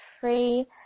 free